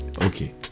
Okay